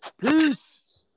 Peace